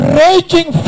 raging